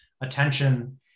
attention